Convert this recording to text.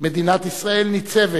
מדינת ישראל ניצבת